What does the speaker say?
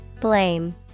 Blame